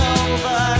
over